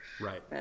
Right